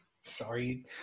Sorry